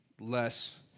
less